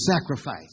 sacrifice